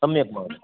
सम्यक् महोदय